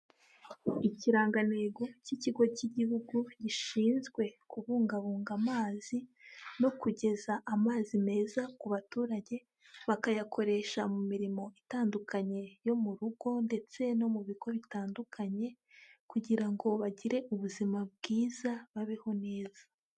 Ikirangantego cy'Ikigo cy'Igihugu gishinzwe kubungabunga amazi no kugeza amazi meza ku baturage, bakayakoresha mu mirimo itandukanye yo mu rugo ndetse no mu bigo bitandukanye kugira ngo bagire ubuzima bwiza babeho neza.